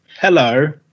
Hello